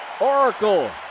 Oracle